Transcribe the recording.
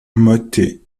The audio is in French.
motets